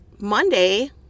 Monday